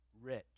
rich